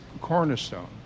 cornerstone